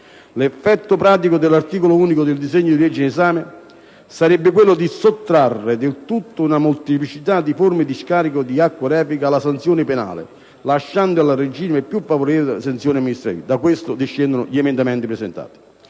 L'effetto pratico dell'articolo unico del disegno di legge in esame sarebbe quello di sottrarre del tutto una molteplicità di forme di scarico di acque reflue alla sanzione penale, lasciandole al regime più favorevole delle sanzioni amministrative; da questo discendono gli emendamenti presentati.